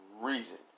reason